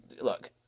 Look